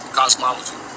cosmology